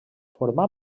formà